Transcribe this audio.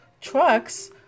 Trucks